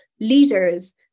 leaders